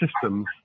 systems